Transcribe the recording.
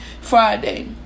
Friday